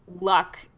luck